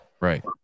Right